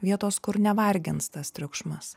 vietos kur nevargins tas triukšmas